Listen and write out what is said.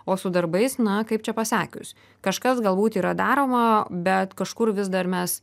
o su darbais na kaip čia pasakius kažkas galbūt yra daroma bet kažkur vis dar mes